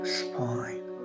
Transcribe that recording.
spine